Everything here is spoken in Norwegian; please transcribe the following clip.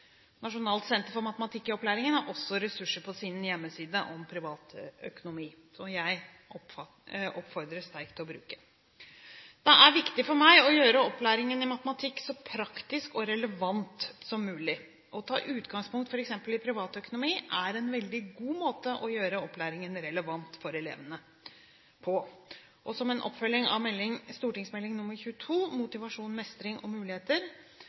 Nasjonalt senter for matematikk i opplæringen har også ressurser på sin hjemmeside om privat økonomi, som jeg oppfordrer sterkt til å bruke. Det er viktig for meg å gjøre opplæringen i matematikk så praktisk og relevant som mulig. Å ta utgangspunkt i f.eks. privat økonomi er en veldig god måte å gjøre opplæringen relevant for elevene på, og som en oppfølging av Meld. St. 22 for 2010–2012, Motivasjon – Mestring – Muligheter,